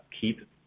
keep